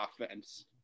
offense